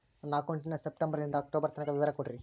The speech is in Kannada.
ನನ್ನ ಅಕೌಂಟಿನ ಸೆಪ್ಟೆಂಬರನಿಂದ ಅಕ್ಟೋಬರ್ ತನಕ ವಿವರ ಕೊಡ್ರಿ?